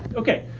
okay.